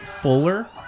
Fuller